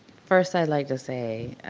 first i'd like to say